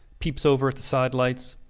peeps over at the sidelights,